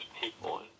people